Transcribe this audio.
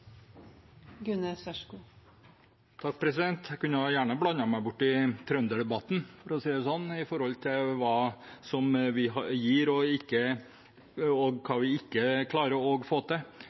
Jeg kunne gjerne blandet meg borti trønderdebatten, for å si det sånn, med tanke på hva vi gir, og hva vi ikke klarer å få til.